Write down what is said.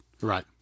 Right